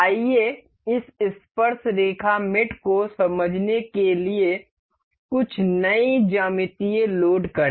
आइए इस स्पर्शरेखा मेट को समझने के लिए कुछ नई ज्यामिति लोड करें